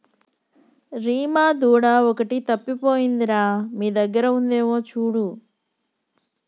రీమా దూడ ఒకటి తప్పిపోయింది రా మీ దగ్గర ఉందేమో చూడు